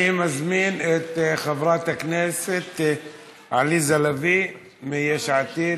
אני מזמין את חברת הכנסת עליזה לביא מיש עתיד,